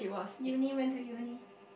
uni went to uni